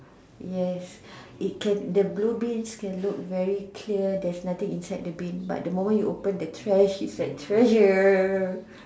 yes it can the blue bins can look very clear that's nothing inside the bin but the moment you open the thrash there's treasure